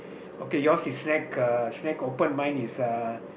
okay yours is snack uh snack open mine is uh